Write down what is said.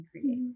create